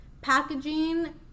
packaging